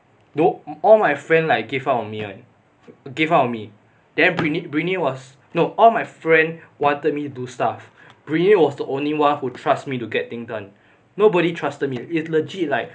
though all my friend like give up on me [one] gave up on me then britney britney was no all my friend wanted me to do stuff britney was the only one who trust me to get things done nobody trust me it legit like